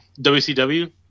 WCW